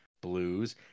blues